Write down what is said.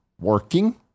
working